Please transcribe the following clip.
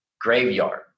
graveyard